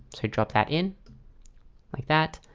so drop that in like that,